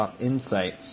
insight